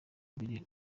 biri